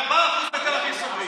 וב-4% בתל אביב סוגרים.